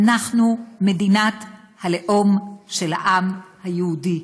אנחנו מדינת הלאום של העם היהודי,